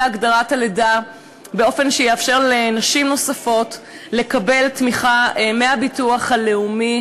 הגדרת הלידה באופן שיאפשר לנשים נוספות לקבל תמיכה מהביטוח הלאומי,